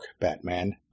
Batman